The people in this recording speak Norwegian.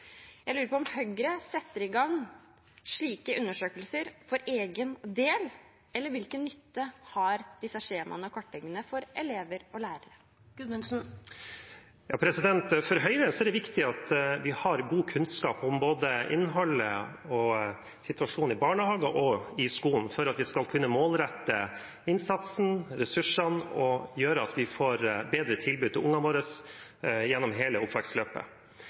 Jeg lurer på om Høyre setter i gang slike undersøkelser for egen del – eller hvilken nytte har disse skjemaene og kartleggingene for elever og lærere? For Høyre er det viktig at vi har god kunnskap om både innholdet og situasjonen i barnehagene og i skolen for at vi skal kunne målrette innsatsen og ressursene, noe som gjør at vi får et bedre tilbud til ungene våre gjennom hele